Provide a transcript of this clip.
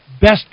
best